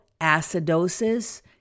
acidosis